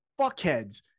fuckheads